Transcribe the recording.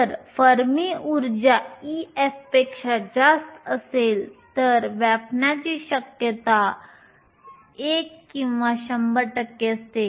जर फर्मी ऊर्जा Ef पेक्षा जास्त असेल तर व्यापण्याची शक्यता 1 किंवा 100 टक्के असते